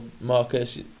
Marcus